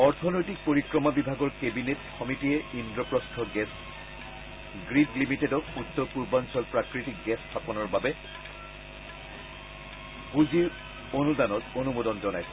অৰ্থনৈতিক পৰিক্ৰমা বিভাগৰ কেবিনেট সমিতীয়ে ইন্দ্ৰপ্ৰস্ত গেছ গ্ৰীড লিমিটেডক উত্তৰ পূৰ্বাঞ্চল প্ৰাকৃতিক গেছ স্থাপনৰ বাবে পুঁজিৰ অনুদানত অনুমোদন জনাইছে